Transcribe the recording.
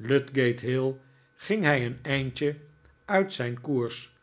aan ludgate hill ging hij een eindje uit zijn koers